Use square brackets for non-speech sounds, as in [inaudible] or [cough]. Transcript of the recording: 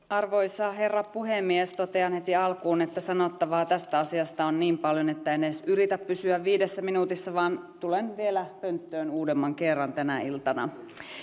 [unintelligible] arvoisa herra puhemies totean heti alkuun että sanottavaa tästä asiasta on niin paljon että en edes yritä pysyä viidessä minuutissa vaan tulen vielä pönttöön uudemman kerran tänä iltana